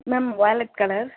ma'am violet color